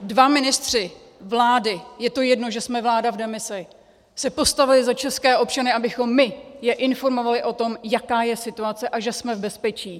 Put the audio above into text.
Dva ministři vlády, je to jedno, že jsme vláda v demisi, se postavili za české občany, abychom my je informovali o tom, jaká je situace a že jsme v bezpečí.